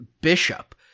Bishop